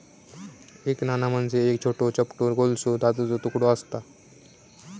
एक नाणा म्हणजे एक छोटो, चपटो गोलसो धातूचो तुकडो आसता